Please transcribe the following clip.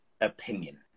opinion